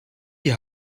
die